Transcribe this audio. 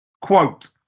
Quote